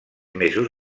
mesos